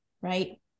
right